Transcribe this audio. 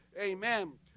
amen